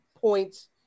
points